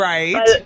Right